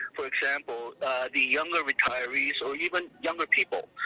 for example the younger retirees or even younger people.